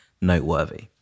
noteworthy